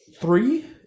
Three